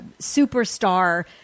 superstar